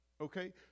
Okay